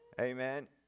Amen